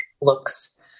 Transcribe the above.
looks